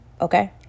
okay